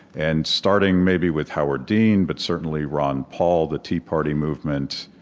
and starting, maybe, with howard dean, but certainly ron paul, the tea party movement,